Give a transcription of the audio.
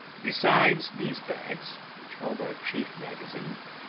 besides these bags, which held our chief magazine,